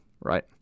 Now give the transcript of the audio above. right